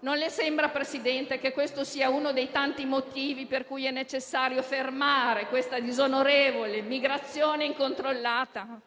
Non le sembra, Presidente, che questo sia uno dei tanti motivi per cui è necessario fermare questa disonorevole migrazione incontrollata?